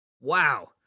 Wow